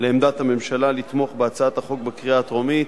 לעמדת הממשלה לתמוך בהצעת החוק בקריאה הטרומית,